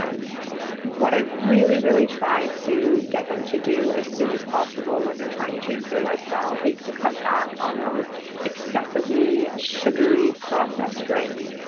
um what i really, really tried to get them to do as soon as possible when they're trying to change their lifestyle is to cut back on those excessively sugary processed drinks.